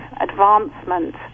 advancement